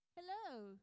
Hello